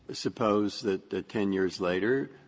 ah suppose that that ten years later,